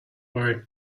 worry